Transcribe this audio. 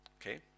Okay